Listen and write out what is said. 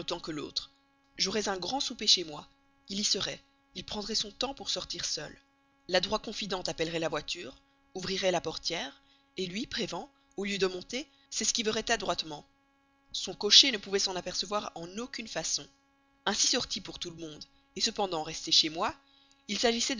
que l'autre j'aurais un grand souper chez moi il y serait il prendrait son temps pour sortir seul l'adroit confident appellerait la voiture ouvrirait la portière lui prévan au lieu de monter s'esquiverait adroitement son cocher ne pouvait s'en apercevoir en aucune façon ainsi sorti pour tout le monde cependant resté chez moi il s'agissait